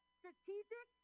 strategic